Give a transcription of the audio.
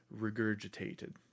regurgitated